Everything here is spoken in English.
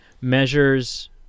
measures